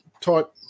type